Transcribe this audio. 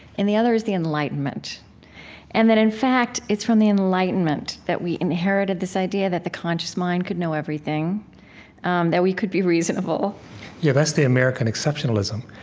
the other is the enlightenment and that, in fact, it's from the enlightenment that we inherited this idea that the conscious mind could know everything um that we could be reasonable yeah that's the american exceptionalism.